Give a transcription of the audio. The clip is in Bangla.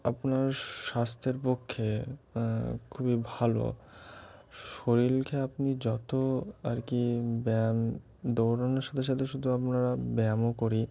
আপনার স্বাস্থ্যের পক্ষে খুবই ভালো শরীরকে আপনি যত আর কি ব্যায়াম দৌড়ানোর সাথে সাথে শুধু আমরা ব্যায়ামও করি